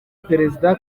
perezida